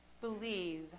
Believe